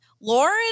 Lauren